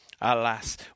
alas